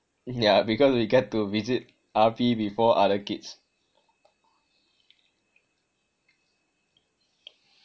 yah because we get to visit R_P before other kids